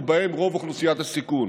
ובהם רוב אוכלוסיית הסיכון.